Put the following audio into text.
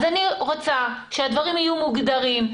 אני רוצה שהדברים יהיו מוגדרים,